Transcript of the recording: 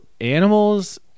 Animals